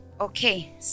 Okay